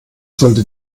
sollte